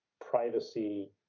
privacy